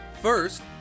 First